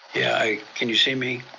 yeah, can you see me?